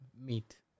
meet